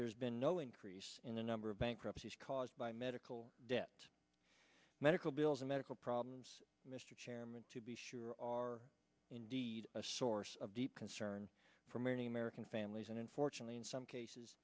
there's been no increase in the number of bankruptcies caused by medical debt medical bills and medical problems mr chairman to be sure are indeed a source of deep concern for many american families and unfortunately in some cases